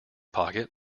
pocket